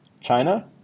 China